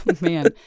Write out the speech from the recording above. man